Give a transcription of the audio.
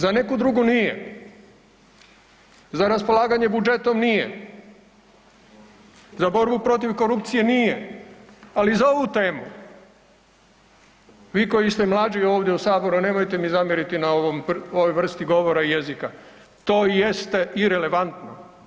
Za neku drugu nije, za raspolaganje budžetom nije, za borbu protiv korupcije nije, ali za ovu temu vi koji ste mlađi ovdje u Saboru nemojte mi zamjeriti na ovoj vrsti govora i jezika, to jeste irelevantno.